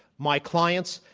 my clients,